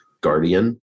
Guardian